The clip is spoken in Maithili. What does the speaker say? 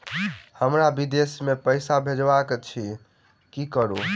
हमरा विदेश मे पैसा भेजबाक अछि की करू?